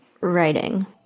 writing